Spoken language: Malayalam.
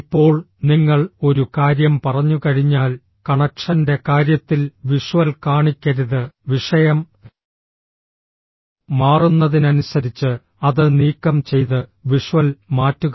ഇപ്പോൾ നിങ്ങൾ ഒരു കാര്യം പറഞ്ഞുകഴിഞ്ഞാൽ കണക്ഷന്റെ കാര്യത്തിൽ വിഷ്വൽ കാണിക്കരുത് വിഷയം മാറുന്നതിനനുസരിച്ച് അത് നീക്കം ചെയ്ത് വിഷ്വൽ മാറ്റുക